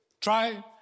try